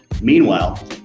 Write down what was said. Meanwhile